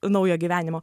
naujo gyvenimo